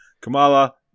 Kamala